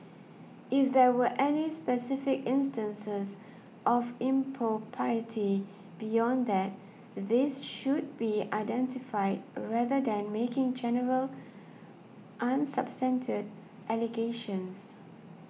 if there were any specific instances of impropriety beyond that these should be identified rather than making general allegations